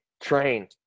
train